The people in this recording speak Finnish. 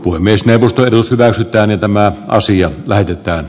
puhemiesneuvosto edusti väitettäni tämä asia lähetetään